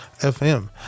fm